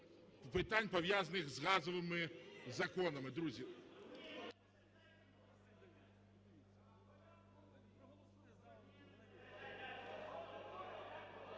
питань, пов'язаних з газовими законами. Друзі…